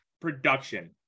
production